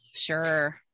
sure